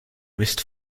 missed